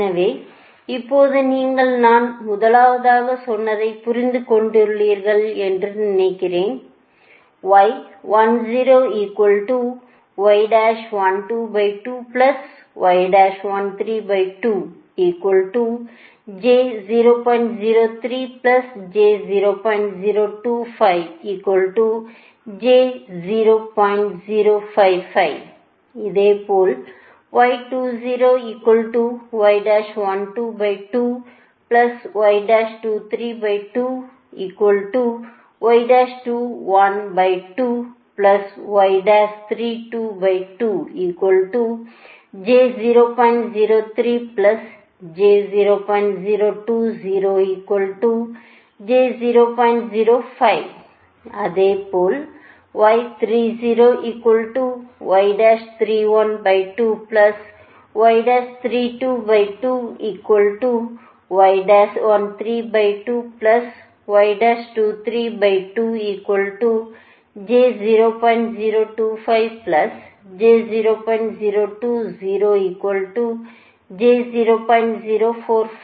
எனவே இப்போது நீங்கள் நான் முதலாவதாக சொன்னதை புரிந்து கொண்டீர்கள் என்று நினைக்கிறேன் இதேபோல் இதேபோல்